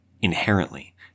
inherently